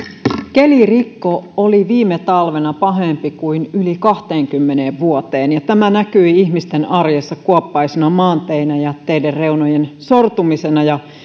kelirikko oli viime talvena pahempi kuin yli kahteenkymmeneen vuoteen ja tämä näkyi ihmisten arjessa kuoppaisina maanteinä ja teiden reunojen sortumisena ja